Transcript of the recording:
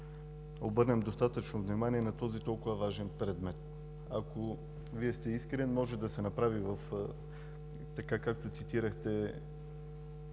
обърнем достатъчно внимание на този толкова важен предмет. Ако Вие сте искрен, може да се направи, така както цитирахте,